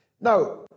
Now